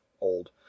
Old